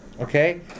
okay